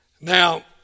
Now